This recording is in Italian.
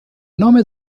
nome